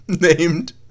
named